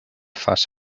fuss